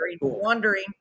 wandering